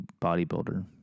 bodybuilder